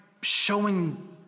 showing